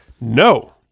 no